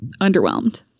Underwhelmed